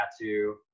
tattoo